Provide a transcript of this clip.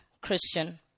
Christian